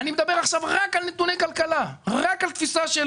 אני מדבר עכשיו רק על נתוני כלכלה, רק על תפיסה של